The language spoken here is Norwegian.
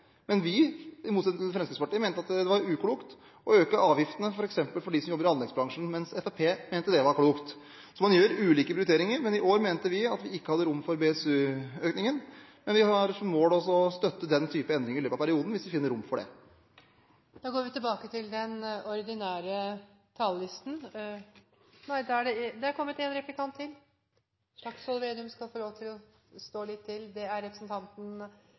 Men vi mente, i motsetning til Fremskrittspartiet, at det var uklokt f.eks. å øke avgiftene for dem som jobber i anleggsbransjen, mens Fremskrittspartiet mente det var klokt. Man gjør ulike prioriteringer, og i år mente vi at vi ikke hadde rom for BSU-økningen. Men vi har som mål å støtte den type endring i løpet av perioden, hvis vi finner rom for det. Vi går tilbake til den ordinære talerlisten – nei, det er kommet en replikant til. Slagsvold Vedum skal få lov til å stå her litt til. Jeg synes representanten